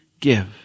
give